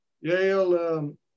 Yale